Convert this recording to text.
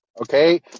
okay